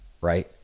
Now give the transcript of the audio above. right